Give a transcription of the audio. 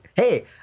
Hey